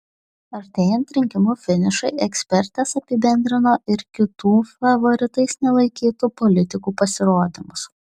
artėjant rinkimų finišui ekspertės apibendrino ir kitų favoritais nelaikytų politikų pasirodymus